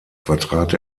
vertrat